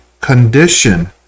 condition